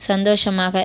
சந்தோஷமாக